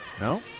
No